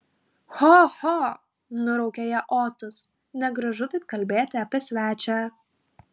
ho ho nuraukė ją otus negražu taip kalbėti apie svečią